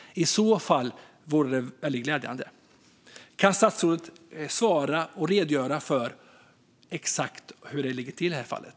Det vore i så fall väldigt glädjande. Kan statsrådet redogöra för exakt hur det ligger till i det här fallet?